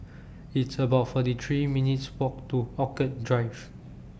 It's about forty three minutes' Walk to Orchid Drive